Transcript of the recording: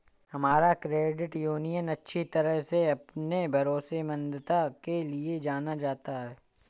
हमारा credit union अच्छी तरह से अपनी भरोसेमंदता के लिए जाना जाता है